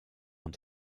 und